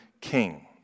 king